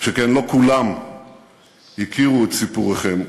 שכן לא כולם הכירו את סיפורכם.